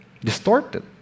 Distorted